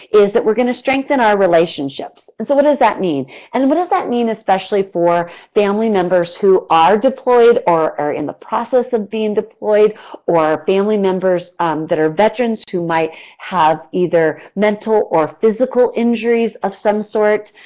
is that we are going to strengthen our relationships, and so what does that mean and what does that mean especially for family members who are deployed or are in a process of being deployed or family members who that are veterans who might have either mental or physical injuries of some sort,